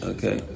Okay